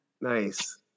Nice